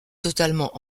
totalement